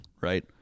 right